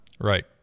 right